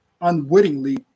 unwittingly